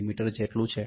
મી જેટલું છે